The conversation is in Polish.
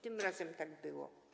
Tym razem tak było.